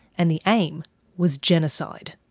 and the aim was genocide.